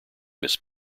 miss